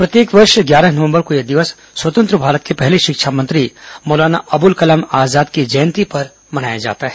प्रत्येक वर्ष ग्यारह नवम्बर को यह दिवस स्वतंत्र भारत के पहले शिक्षा मंत्री मौलाना अबुल कलाम आजाद की जयंती पर मनाया जाता है